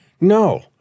No